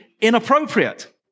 inappropriate